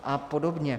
A podobně.